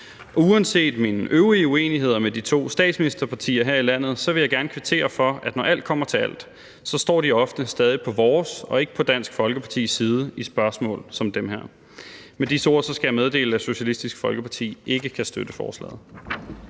uanset mine øvrige uenigheder med de to statsministerpartier her i landet vil jeg gerne kvittere for, at når alt kommer til alt, står de ofte stadig på vores og ikke på Dansk Folkepartis side i spørgsmål som dem her. Med disse ord skal jeg meddele, at Socialistisk Folkeparti ikke kan støtte forslaget.